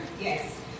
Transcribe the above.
Yes